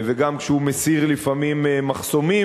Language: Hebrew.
גם כשהוא מסיר לפעמים מחסומים,